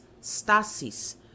Stasis